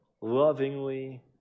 lovingly